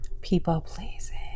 people-pleasing